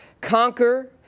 conquer